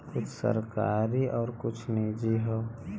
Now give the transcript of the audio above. कुछ सरकारी हौ आउर कुछ निजी हौ